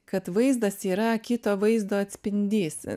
kad vaizdas yra kito vaizdo atspindys